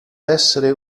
essere